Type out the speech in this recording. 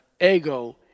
ego